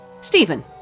Stephen